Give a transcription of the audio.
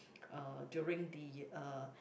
uh during the uh